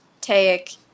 take –